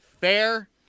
fair